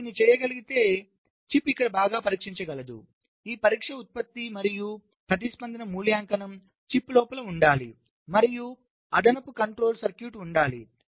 మనం దీన్ని చేయగలిగితే చిప్ ఇక్కడ బాగా పరీక్షించగలదు ఈ పరీక్ష ఉత్పత్తి మరియు ప్రతిస్పందన మూల్యాంకనం చిప్ లోపల ఉండాలి మరియు అదనపు కంట్రోల్ సర్క్యూట్ ఉండాలి